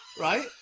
right